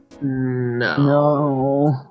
No